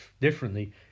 differently